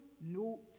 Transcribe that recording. note